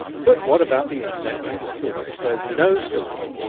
but what about the internet myths for which there's no source?